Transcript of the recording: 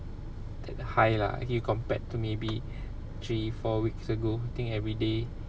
that high lah okay compared to maybe three four weeks ago think everyday